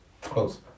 Close